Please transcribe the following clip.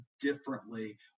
differently